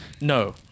No